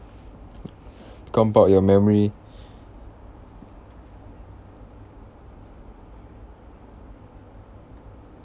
become part of your memory